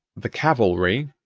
the cavalry,